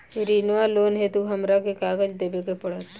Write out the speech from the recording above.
ऋण वा लोन हेतु हमरा केँ कागज देबै पड़त?